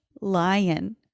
lion